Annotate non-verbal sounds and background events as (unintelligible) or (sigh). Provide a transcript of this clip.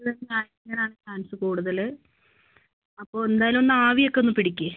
(unintelligible) കാണിക്കാനാണ് ചാൻസ് കൂടുതൽ അപ്പോൾ എന്തായാലും ഒന്ന് ആവിയൊക്കെ ഒന്ന് പിടിക്ക്